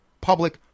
public